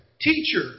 Teacher